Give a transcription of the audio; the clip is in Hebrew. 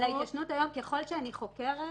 ההתיישנות היום ככל שאני חוקרת,